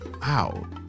Wow